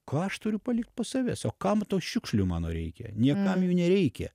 ką aš turiu palikt po savęs o kam tų šiukšlių mano reikia niekam jų nereikia